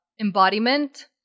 embodiment